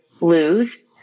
lose